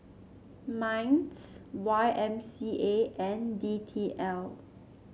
Minds Y M C A and D T L